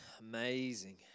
Amazing